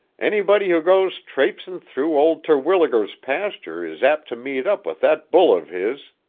anybody who goes traipsin' through old terwilliger's pasture is apt to meet up with that bull of his.